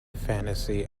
fantasy